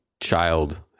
child